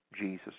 jesus